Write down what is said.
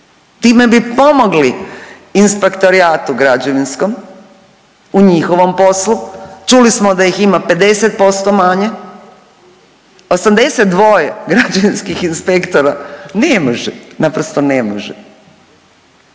Time bi pomogli inspektorijatu građevinskom u njihovom poslu, čuli smo da ih ima 50% manje, 82 građevinskih inspektora ne može, naprosto ne može,